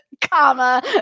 comma